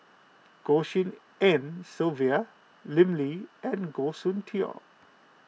Goh Tshin En Sylvia Lim Lee and Goh Soon Tioe